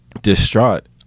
distraught